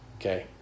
okay